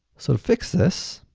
so, fix this,